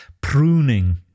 pruning